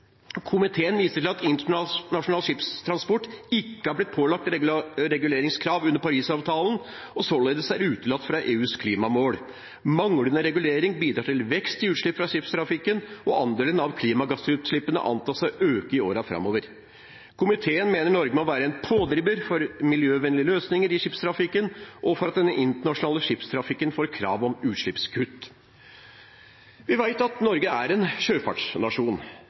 blitt pålagt reguleringskrav under Parisavtalen og således er utelatt fra EUs klimamål. Manglende regulering bidrar til vekst i utslipp fra skipstrafikken, og andelen av klimagassutslippene antas å øke i årene fremover. Komiteen mener Norge må være en pådriver for miljøvennlige løsninger i skipstrafikken og for at den internasjonale skipstrafikken får krav om utslippskutt.» Vi vet at Norge er en sjøfartsnasjon